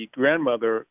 grandmother